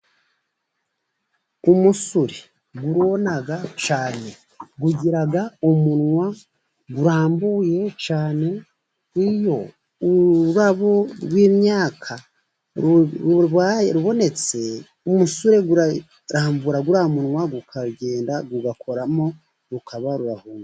Umusuri urona cyane, ugira umunwa urambuye cyane. Iyo ururabo rw'imyaka rubonetse, umusuri urambura uriya munwa, ukagenda ugakoramo, ukaba rurahunze.